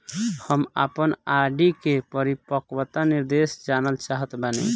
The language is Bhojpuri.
हम आपन आर.डी के परिपक्वता निर्देश जानल चाहत बानी